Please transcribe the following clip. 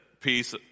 piece